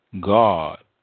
God